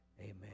Amen